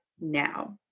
now